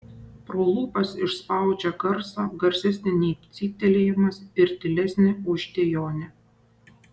pro lūpas išspaudžia garsą garsesnį nei cyptelėjimas ir tylesnį už dejonę